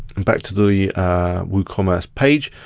and back to the woocommerce page,